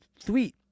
sweet